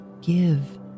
give